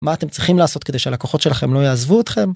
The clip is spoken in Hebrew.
מה אתם צריכים לעשות כדי שהלקוחות שלכם לא יעזבו אתכם?